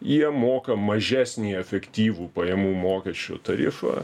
jie moka mažesnį efektyvų pajamų mokesčio tarifą